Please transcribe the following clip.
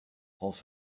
off